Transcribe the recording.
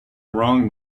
wrong